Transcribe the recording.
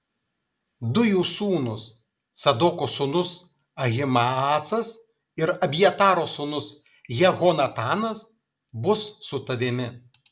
du jų sūnūs cadoko sūnus ahimaacas ir abjataro sūnus jehonatanas bus su tavimi